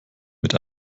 mit